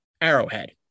Arrowhead